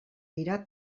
dira